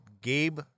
Gabe